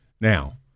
Now